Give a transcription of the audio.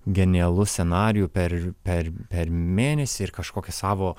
genialų scenarijų per per per mėnesį ir kažkokia savo